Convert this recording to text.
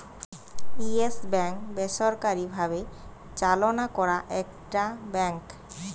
yes Bank বেসরকারি ভাবে চালনা করা একটা ব্যাঙ্ক